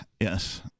Yes